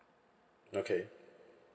okay